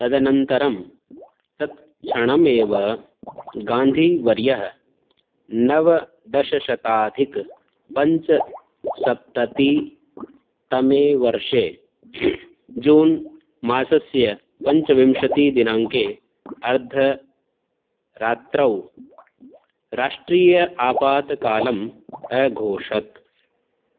तदनन्तरं तत् क्षणमेव गान्धीवर्यः नवदशशताधिक पञ्चसप्ततितमे वर्षे जून् मासस्य पञ्चविंशतिदिनाङ्के अर्धरात्रौ राष्ट्रीय आपातकालम् अघोषत्